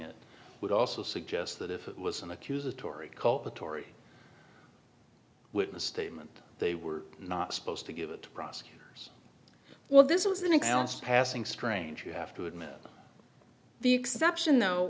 it would also suggest that if it was an accusatory call the tory witness statement they were not supposed to give it to prosecutors well this was an exhaust passing strange you have to admit the exception though